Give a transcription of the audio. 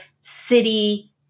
city